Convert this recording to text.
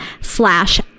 slash